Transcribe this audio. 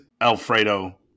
Alfredo